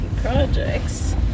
Projects